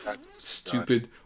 stupid